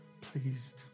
pleased